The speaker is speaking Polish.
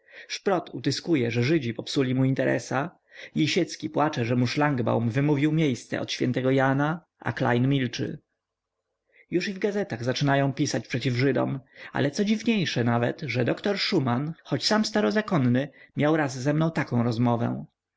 szprot utyskuje że żydzi popsuli mu interesa lisiecki płacze że mu szlangbaum wymówił miejsce od świętego jana a klejn milczy już i w gazetach zaczynają pisać przeciw żydom ale co dziwniejsze nawet że doktor szuman choć sam starozakonny miał raz ze mną taką rozmowę